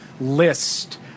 list